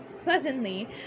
Pleasantly